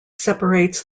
separates